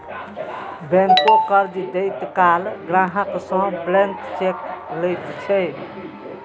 बैंको कर्ज दैत काल ग्राहक सं ब्लैंक चेक लैत छै